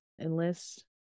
enlist